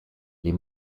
les